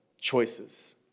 choices